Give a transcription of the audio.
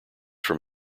from